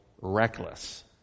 reckless